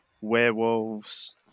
Werewolves